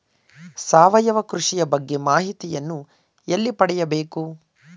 ಸಾವಯವ ಕೃಷಿಯ ಬಗ್ಗೆ ಮಾಹಿತಿಯನ್ನು ಎಲ್ಲಿ ಪಡೆಯಬೇಕು?